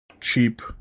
cheap